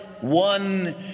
one